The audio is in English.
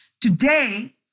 Today